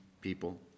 people